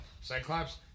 Cyclops